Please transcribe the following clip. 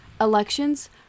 elections